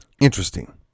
Interesting